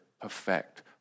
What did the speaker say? affect